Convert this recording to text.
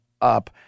up